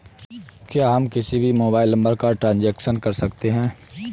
क्या हम किसी भी मोबाइल नंबर का ट्रांजेक्शन कर सकते हैं?